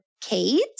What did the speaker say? Kate